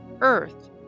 earth